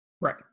right